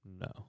No